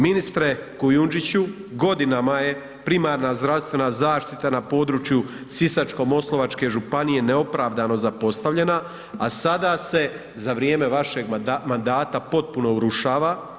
Ministre Kujundžiću godinama je primarna zdravstvena zaštita na području Sisačko-moslavačke županije neopravdano zapostavljena, a sada se za vrijeme vašeg mandata potpuno urušava.